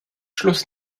schluss